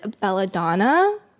Belladonna